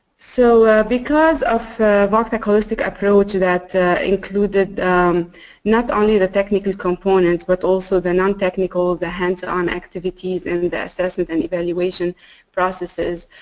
so because of voctec's holistic approach that included not only the technical components but also the nontechnical, the hands on activities activities and the assessment and evaluation processes